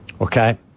okay